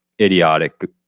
Idiotic